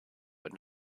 but